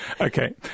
Okay